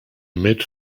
mid